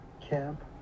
camp